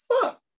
fuck